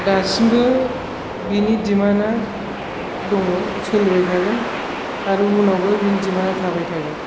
दासिमबो बेनि डिमाण्ड आ दङ सोलिबाय थागोन आरो उनावबो बेनि डिमाण्ड आ थाबाय थागोन